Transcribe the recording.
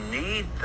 need